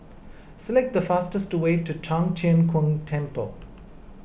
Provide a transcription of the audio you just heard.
select the fastest way to Tong Tien Kung Temple